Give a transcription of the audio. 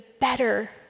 better